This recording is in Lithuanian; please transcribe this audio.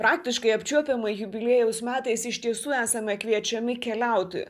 praktiškai apčiuopiamai jubiliejaus metais iš tiesų esame kviečiami keliauti